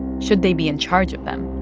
should they be in charge of them?